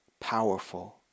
powerful